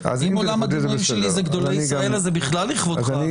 אם עולם הדימויים שלי זה גדולי ישראל אז זה בכלל לכבודך.